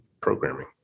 programming